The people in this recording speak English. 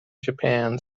japan